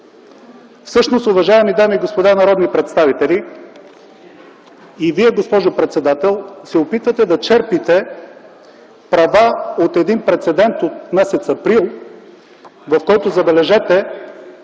Всъщност, уважаеми дами и господа народни представители, и Вие, госпожо председател, се опитвате да черпите права от един прецедент от м. април, в който, забележете,